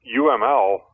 UML